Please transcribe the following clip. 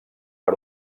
per